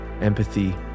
empathy